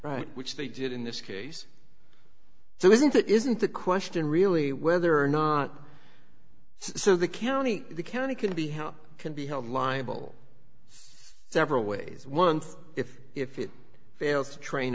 right which they did in this case so isn't it isn't the question really whether or not so the county the county can be how can be held liable several ways one if if it fails to train